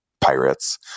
pirates